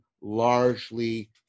largely